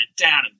down